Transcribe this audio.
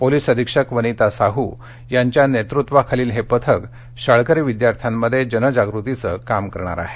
police अधीक्षक वनिता साहू यांच्या नेतृत्वाखालील हे पथक शाळकरी विद्यार्थ्यामध्ये जनजागृतीचं काम करणार आहे